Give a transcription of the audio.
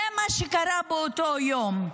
זה מה שקרה באותו יום,